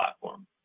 platform